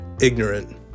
ignorant